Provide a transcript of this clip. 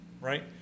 right